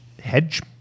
Hedge